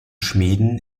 schmieden